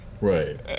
right